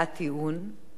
והטיעון.